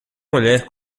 mulher